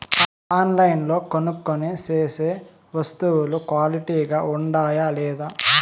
ఆన్లైన్లో కొనుక్కొనే సేసే వస్తువులు క్వాలిటీ గా ఉండాయా లేదా?